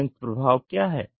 संयुक्त प्रभाव क्या है